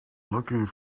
looking